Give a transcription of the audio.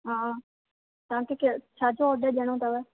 हा तव्हांखे के छा जो ऑडर ॾेयणो अथव